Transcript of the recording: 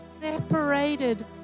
separated